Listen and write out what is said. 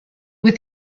with